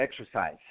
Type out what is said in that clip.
exercise